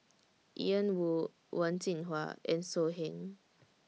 Ian Woo Wen Jinhua and So Heng